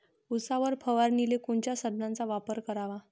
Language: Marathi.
उसावर फवारनीले कोनच्या साधनाचा वापर कराव?